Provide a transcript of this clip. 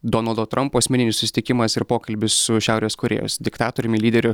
donaldo trampo asmeninis susitikimas ir pokalbis su šiaurės korėjos diktatoriumi lyderiu